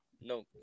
No